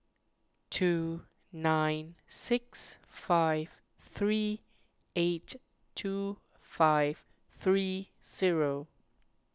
two nine six five three eight two five three zero